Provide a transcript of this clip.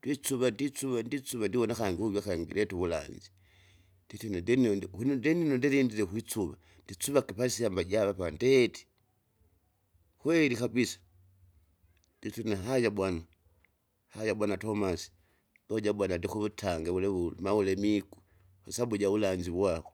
Twisuva ndisuva ndisuva ndiwona kangi uju akangi uja akangireta uvulanzi, nditene ndinendi kunindinino ndilindile kuisuva, ndisuvake pasyamba javapa ndeti, kweli kabisa, jitune haya bwana, haya bwana Tomasi pojabwana ndikuwutange wulewule mawulemiku, kwasabu jaulanzi wako.